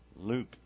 Luke